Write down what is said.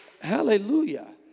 Hallelujah